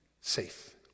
safe